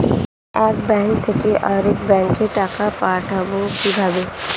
এক ব্যাংক থেকে আরেক ব্যাংকে টাকা পাঠাবো কিভাবে?